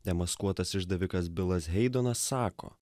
demaskuotas išdavikas bilas heidonas sako